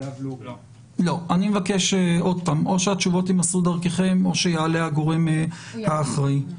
או שהתשובות יימסרו דרככם או שיעלה הגורם האחראי.